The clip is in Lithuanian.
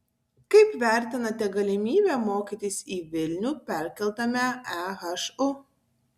kaip vertinate galimybę mokytis į vilnių perkeltame ehu